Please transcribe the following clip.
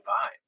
five